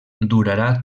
durarà